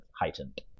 heightened